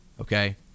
Okay